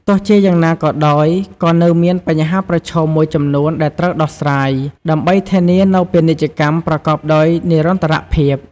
ទោះជាយ៉ាងណាក៏ដោយ ក៏នៅមាន បញ្ហាប្រឈម មួយចំនួនដែលត្រូវដោះស្រាយ ដើម្បីធានានូវពាណិជ្ជកម្មប្រកបដោយនិរន្តរភាព។